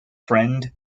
friend